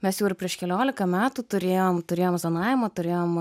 mes jau ir prieš keliolika metų turėjom turėjom zonavimą turėjom